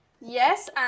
yes